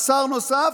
שר נוסף,